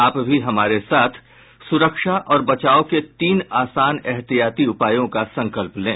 आप भी हमारे साथ सुरक्षा और बचाव के तीन आसान एहतियाती उपायों का संकल्प लें